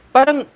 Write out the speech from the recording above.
Parang